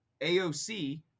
AOC